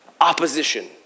Opposition